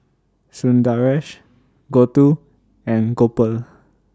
Sundaresh Gouthu and Gopal